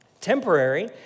Temporary